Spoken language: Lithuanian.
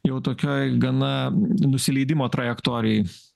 jau tokioj gana nusileidimo trajektorijoj